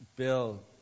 Bill